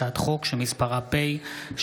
אני מתכבד להודיעכם,